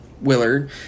Willard